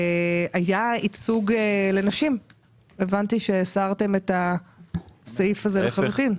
היה ייצוג לנשים והבנתי שהסעיף הזה הוסר לחלוטין.